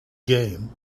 game